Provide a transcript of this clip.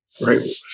Right